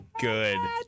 good